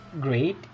great